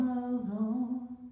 alone